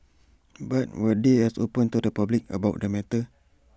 but were they as open to the public about the matter